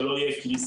שלא תהיה קריסה,